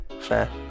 Fair